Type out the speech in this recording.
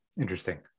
Interesting